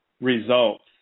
results